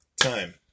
time